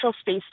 space